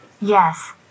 Yes